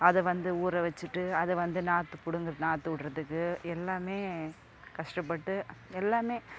அதை வந்து ஊறவச்சிட்டு அதை வந்து நாற்றுப் பிடுங்குறது நாற்று விட்றதுக்கு எல்லாமே கஷ்டப்பட்டு எல்லாமே